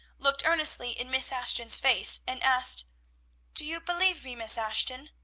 looked earnestly in miss ashton's face, and asked do you believe me, miss ashton?